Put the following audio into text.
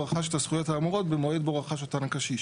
רכש את הזכויות במועד בו רכש אותן הקשיש.